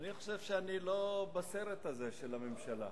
אני חושב שאני לא בסרט הזה, של הממשלה,